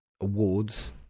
awards